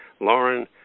Lauren